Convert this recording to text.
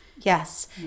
yes